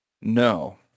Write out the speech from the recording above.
No